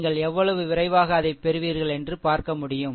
நீங்கள் எவ்வளவு விரைவாக அதைப் பெறுவீர்கள் என்று பார்க்க முடியும்